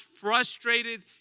frustrated